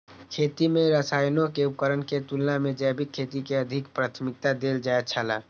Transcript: खेती में रसायनों के उपयोग के तुलना में जैविक खेती के अधिक प्राथमिकता देल जाय छला